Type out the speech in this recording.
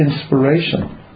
inspiration